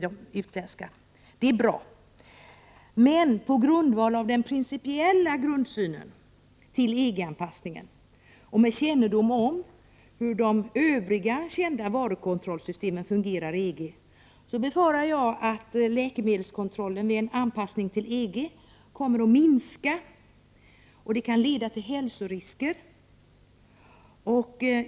Men med tanke på den principiella grundsynen på EG-anpassningen och med kännedom om hur de övriga varukontrollsystemen fungerar i EG befarar jag att läkemedelskontrollen vid en EG-anpassning kommer att minska, vilket kan leda till hälsorisker.